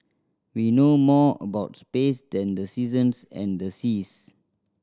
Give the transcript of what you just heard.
we know more about space than the seasons and the seas